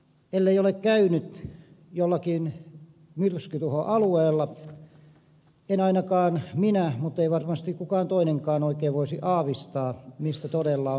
ellei ole käynyt jollakin myrskytuhoalueella en ainakaan minä mutta ei varmasti kukaan toinenkaan oikein voisi aavistaa mistä todella on kyse